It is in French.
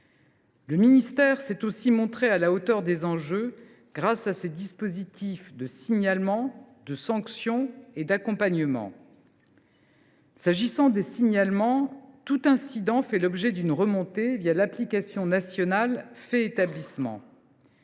Le ministère s’est aussi montré à la hauteur des enjeux grâce à ses dispositifs de signalement, de sanction et d’accompagnement. En ce qui concerne les signalements, tout incident fait l’objet d’une remontée d’information l’application nationale Faits Établissement.